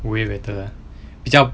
way better 比较